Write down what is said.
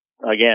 again